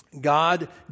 God